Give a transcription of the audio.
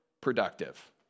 productive